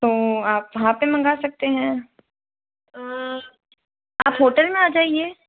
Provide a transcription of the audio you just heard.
तो आप वहाँ पे मंगा सकते हैं आप होटल में आ जाइए